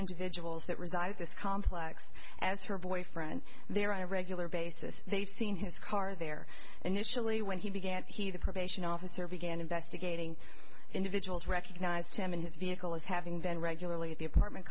individuals that reside this complex as her boyfriend there on a regular basis they've seen his car their initial or when he began he the probation officer began investigating individuals recognized him in his vehicle as having been regularly at the apartment